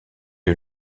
est